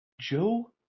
Joe